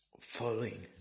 Falling